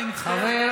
חבר הכנסת